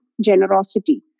generosity